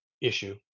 issue